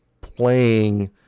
playing